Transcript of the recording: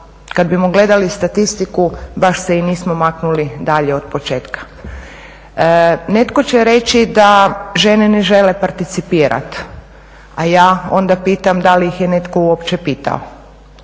kad bismo gledali statistiku baš se i nismo maknuli dalje od početka. Netko će reći da žene ne žele participirat, a ja onda pitam da li ih je netko uopće pitao.